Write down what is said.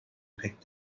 pek